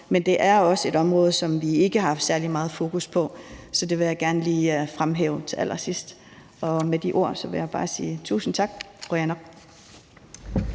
men det er også et område, som vi ikke har haft særlig meget fokus på. Så det vil jeg gerne lige fremhæve her til allersidst. Med de ord vil jeg bare sige tusind tak.